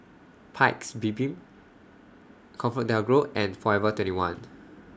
Paik's Bibim ComfortDelGro and Forever twenty one